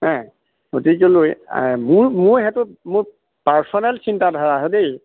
হে গতিকেলৈ মোৰ মোৰ সেইটো মোৰ পাৰ্চনেল চিন্তা ধাৰা হে দেই